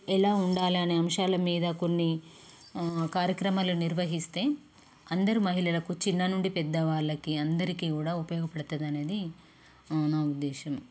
ఎలా ఉండాలి అనే అంశాల మీద కొన్ని కార్యక్రమాలు నిర్వహిస్తే అందరు మహిళలకు చిన్న నుండి పెద్దవాళ్ళకి అందరికీ కూడా ఉపయోగపడతుంది అనేది నా ఉద్దేశం